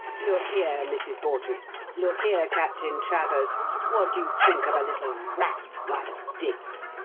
look here, mrs. bawdrey look here captain travers what do you think of a little rat like this?